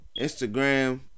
Instagram